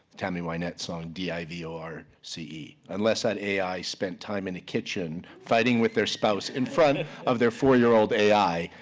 tammy wynette song, d i v o r c e, unless that ai spent time in the kitchen fighting with their spouse in front of of their four year old ai,